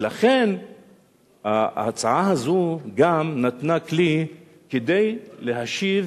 ולכן ההצעה הזו גם נתנה כלי כדי להשיב,